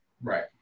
Right